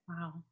Wow